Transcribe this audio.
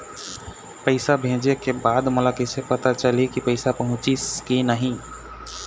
पैसा भेजे के बाद मोला कैसे पता चलही की पैसा पहुंचिस कि नहीं?